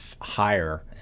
higher